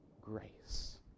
grace